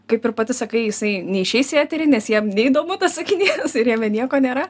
kaip ir pati sakai jisai neišeis į eterį nes jiem neįdomu tas sakinys ir jame nieko nėra